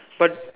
but